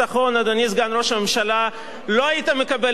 לא היית מקבל את הזכות הזאת להציג פה את אבי דיכטר,